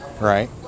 right